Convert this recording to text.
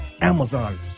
Amazon